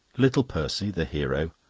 little percy, the hero,